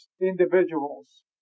individuals